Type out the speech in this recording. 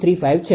0235 છે